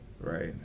right